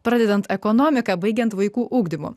pradedant ekonomika baigiant vaikų ugdymu